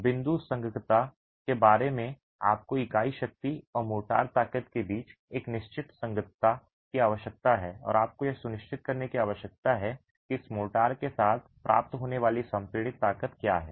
बिंदु संगतता के बारे में है आपको इकाई शक्ति और मोर्टार ताकत के बीच एक निश्चित संगतता की आवश्यकता है और आपको यह सुनिश्चित करने की आवश्यकता है कि इस मोर्टार के साथ प्राप्त होने वाली संपीड़ित ताकत क्या है